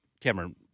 Cameron